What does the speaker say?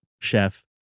Chef